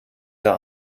der